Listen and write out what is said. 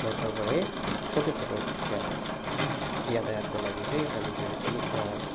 नत्र भए छोटो छोटो या यातायातको लागि चाहिँ हामी जहिले पनि